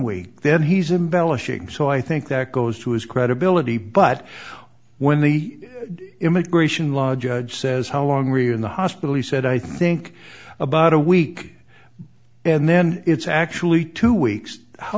week then he's embellish so i think that goes to his credibility but when the immigration law judge says how long are you in the hospital he said i think about a week and then it's actually two weeks how